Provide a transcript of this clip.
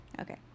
Okay